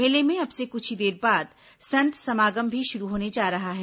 मेले में अब से कुछ ही देर बाद संत समागम भी शुरू होने जा रहा है